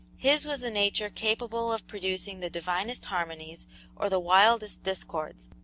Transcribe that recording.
his was a nature capable of producing the divinest harmonies or the wildest discords,